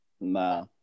Nah